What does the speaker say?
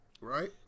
Right